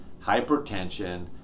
hypertension